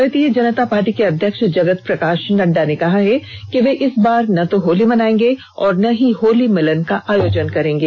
भारतीय जनता पार्टी के अध्यक्ष जगत प्रकाश नड्डा ने कहा है कि वे इस बार न तो होली मनाएंगे और न ही होली मिलन का आयोजन करेंगे